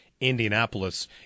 Indianapolis